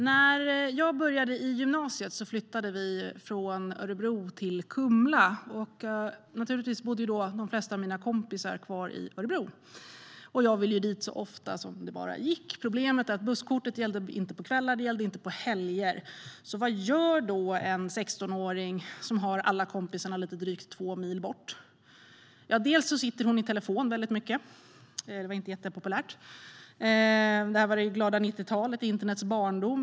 Herr talman! När jag började i gymnasiet flyttade vi från Örebro till Kumla. De flesta av mina kompisar bodde alltså kvar i Örebro. Jag ville självklart åka dit så ofta jag kunde. Problemet var att busskortet inte gällde på kvällar och helger. Vad gjorde då en 16-åring som hade alla kompisar drygt två mil bort? Det blev många telefonsamtal, vilket inte var inte jättepopulärt. Det här var på det glada 90-talet, internets barndom.